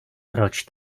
proč